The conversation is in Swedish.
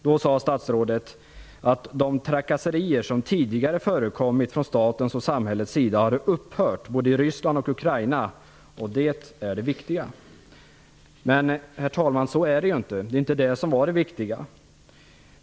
Då sade statsrådet att de trakasserier som tidigare förekommit från statens och samhällets sida har upphört, både i Ryssland och Ukraina, och att det är det viktiga. Men så är det ju inte, herr talman. Det är inte det som är det viktiga.